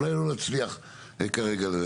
אולי נצליח כרגע.